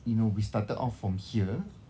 you know we started off from here